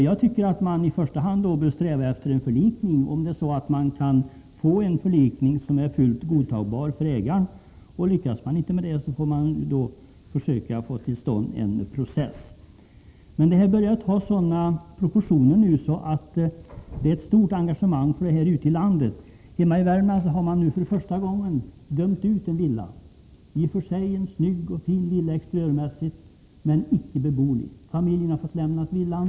Jag tycker att man i första hand bör sträva efter att om möjligt få till stånd en förlikning som är fullt godtagbar för ägaren. Lyckas man inte med det, får man försöka få till stånd en process. Den här frågan börjar få sådana proportioner att det uppstått ett stort engagemang ute i landet. I Värmland har man nu för första gången dömt ut en villa — i och för sig snygg och fin exteriörmässigt, men icke beboelig. Familjen har fått lämna villan.